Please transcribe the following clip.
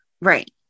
Right